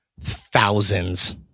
thousands